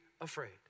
afraid